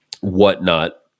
whatnot